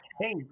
hey